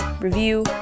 review